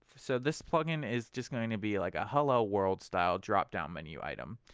so this plug-in is just going to be like a hello world style drop down menu item.